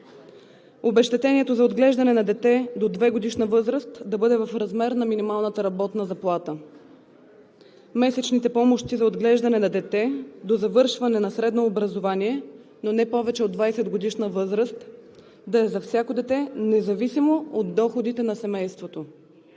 обезщетението за отглеждане на дете до 2-годишна възраст да бъде в размер на минималната работна заплата; месечните помощи за отглеждане на дете до завършване на средно образование, но не повече от 20-годишна възраст, да е за всяко дете, независимо от доходите на семейството.